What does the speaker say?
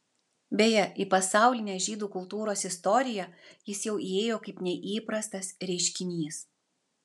beje į pasaulinę žydų kultūros istoriją jis jau įėjo kaip neįprastas reiškinys